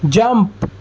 jump